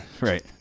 Right